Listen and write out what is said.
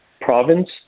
province